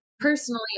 personally